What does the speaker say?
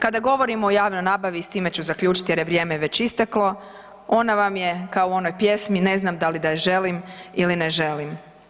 Kada govorimo o javnoj nabavi i s time ću zaključiti jer je vrijeme već isteklo, ona vam je kao u onoj pjesmi „Ne znam da li da je želim ili ne želim“